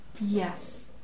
yes